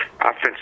Offensive